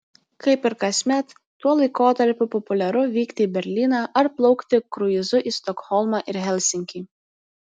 kaip ir kasmet tuo laikotarpiu populiaru vykti į berlyną ar plaukti kruizu į stokholmą ir helsinkį